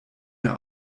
mehr